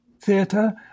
theatre